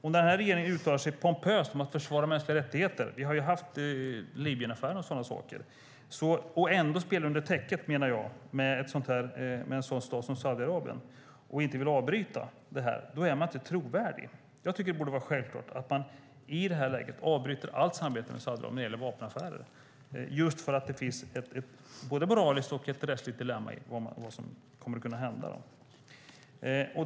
Om den här regeringen uttalar sig pompöst om att försvara mänskliga rättigheter - vi har ju bland annat haft Libyenaffären - och ändå spelar under täcket med en sådan stat som Saudiarabien och inte vill avbryta det är man inte trovärdig. I det här läget tycker jag att det borde vara självklart att avbryta allt samarbete med Saudiarabien när det gäller vapenaffärer eftersom det finns ett moraliskt och ett rättsligt dilemma här.